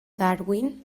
darwin